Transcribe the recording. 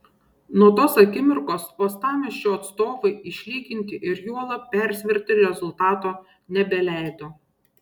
nuo tos akimirkos uostamiesčio atstovai išlyginti ir juolab persverti rezultato nebeleido